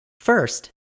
First